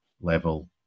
level